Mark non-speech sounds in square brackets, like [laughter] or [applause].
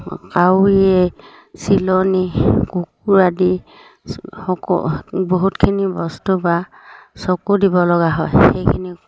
কাউৰী চিলনী কুকুৰ আদি [unintelligible] বহুতখিনি বস্তুৰপৰা চকু দিব লগা হয় সেইখিনি